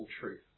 truth